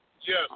Yes